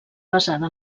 basada